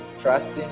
trusting